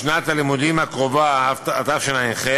בשנת הלימודים הקרובה, התשע"ח,